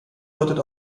deutet